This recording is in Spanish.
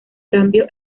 cambio